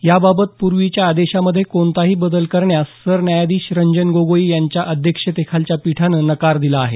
याबाबत पूर्वीच्या आदेशामध्ये कोणताही बदल करण्यास सरन्यायाधीश रंजन गोगोई यांच्या अध्यक्षतेखालच्या पीठानं नकार दिला आहे